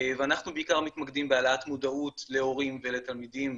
ואנחנו בעיקר מתמקדים בהעלאת מודעות להורים ולתלמידים,